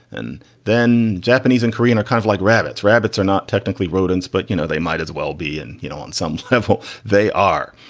and then japanese and korean are kind of like rabbits. rabbits are not technically rodents, but, you know, they might as well be. and, you know, on some level they are.